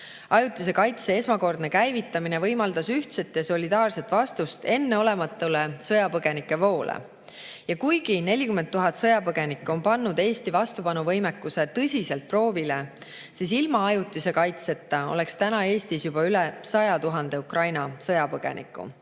Ajutise kaitse esmakordne käivitamine võimaldas ühtset ja solidaarset vastust enneolematule sõjapõgenike voole. Ja kuigi 40 000 sõjapõgenikku on pannud Eesti vastupanuvõimekuse tõsiselt proovile, ent ilma ajutise kaitseta oleks täna Eestis juba üle 100 000 Ukraina sõjapõgeniku.